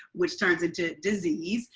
which turns into disease.